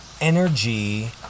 energy